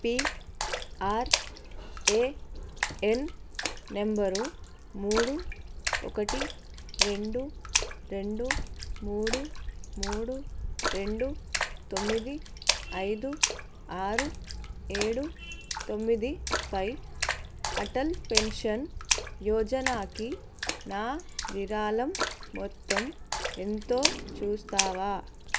PRAN number మూడు ఒకటి రెండు రెండు మూడు మూడు రెండు తొమ్మిది ఐదు ఆరు ఏడు తొమ్మిది పై అటల్ పెన్షన్ యోజనాకి నా విరాళం మొత్తం ఎంతో చూస్తావా